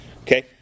okay